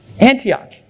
Antioch